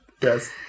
Yes